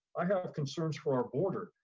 i have concerns for our border.